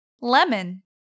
lemon